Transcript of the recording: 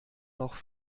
noch